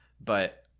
but-